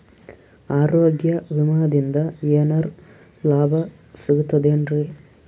ಆರೋಗ್ಯ ವಿಮಾದಿಂದ ಏನರ್ ಲಾಭ ಸಿಗತದೇನ್ರಿ?